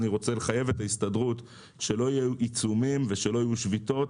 אני רוצה לחייב את ההסתדרות שלא יהיו עיצומים ולא יהיו שביתות,